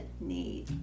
need